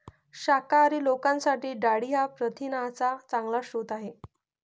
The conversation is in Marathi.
शाकाहारी लोकांसाठी डाळी हा प्रथिनांचा चांगला स्रोत आहे